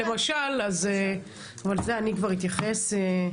אבל זה אני כבר אתייחס.